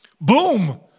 Boom